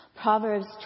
Proverbs